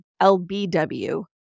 LBW